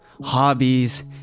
hobbies